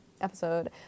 episode